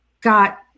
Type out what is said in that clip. got